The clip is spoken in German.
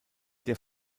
der